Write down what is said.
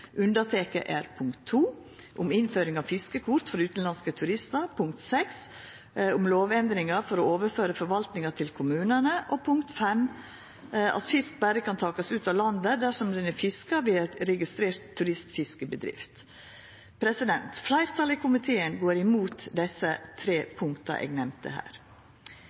er punkt 2, om innføring av fiskekort for utanlandske turistar, punkt 6, om lovendringar for å overføre forvaltninga til kommunane, og punkt 5, at fisk berre kan takast ut av landet dersom han er fiska i samarbeid med ei registrert turistfiskebedrift. Fleirtalet i komiteen går imot dei tre punkta som eg nemnde her.